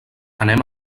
anem